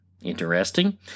Interesting